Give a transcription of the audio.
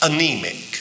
Anemic